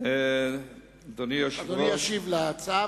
אדוני ישיב על השאילתא,